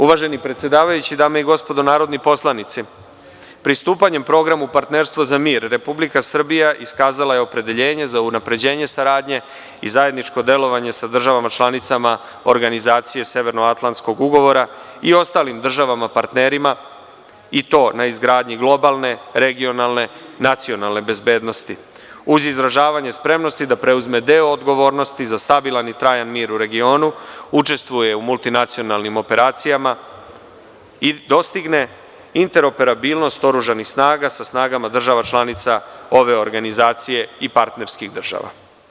Uvaženi predsedavajući, dame i gospodo narodni poslanici, pristupanjem Programu Partnerstvu za mir Republika Srbija iskazala je opredeljenje za unapređenje saradnje i zajedničko delovanje sa državama članicama organizacije Severnoatlantskog ugovora i ostalim državama partnerima i to na izgradnji globalne, regionalne, nacionalne bezbednosti, uz izražavanje spremnosti da preuzme deo odgovornosti za stabilan i trajan mir u regionu, učestvuje u multinacionalnim operacijama i dostigne interoperabilnost oružanih snaga sa snagama država članica ove organizacije i partnerskih država.